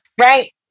Right